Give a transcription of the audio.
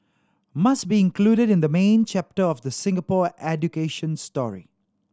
must be included in the main chapter of the Singapore education story